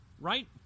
right